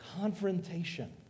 confrontation